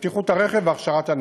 בטיחות הרכב והכשרת הנהג.